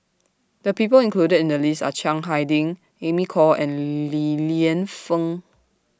The People included in The list Are Chiang Hai Ding Amy Khor and Li Lienfung